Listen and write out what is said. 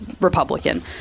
Republican